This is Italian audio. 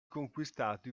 conquistati